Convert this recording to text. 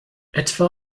etwa